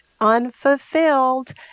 unfulfilled